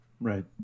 Right